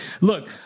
Look